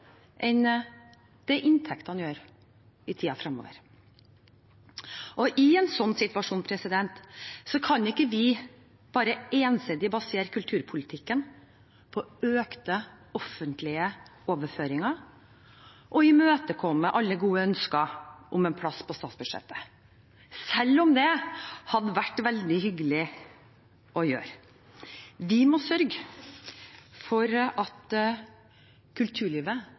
enn det inntektene gjør. I en slik situasjon kan vi ikke bare ensidig basere kulturpolitikken på økte offentlige overføringer og imøtekomme alle gode ønsker om en plass på statsbudsjettet, selv om det hadde vært veldig hyggelig å gjøre. Vi må sørge for at kulturlivet